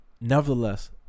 nevertheless